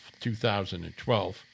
2012